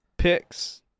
Picks